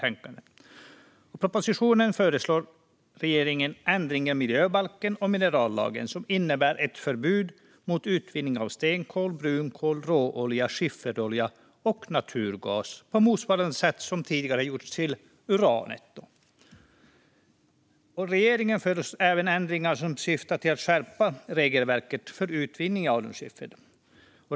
I propositionen föreslår regeringen ändringar i miljöbalken och minerallagen som innebär ett förbud mot utvinning av stenkol, brunkol, råolja, skifferolja och naturgas på motsvarande sätt som tidigare har gjorts för uran. Regeringen föreslår även ändringar som syftar till att skärpa regelverket för utvinning i alunskiffer.